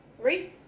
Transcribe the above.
three